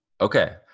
Okay